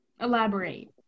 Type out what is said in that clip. Elaborate